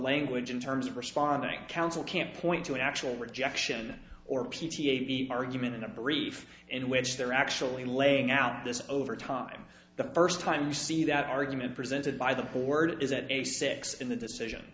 language in terms of responding counsel can't point to an actual rejection or p t a argument in a brief in which they're actually laying out this over time the first time you see that argument presented by the board is at a six in the decision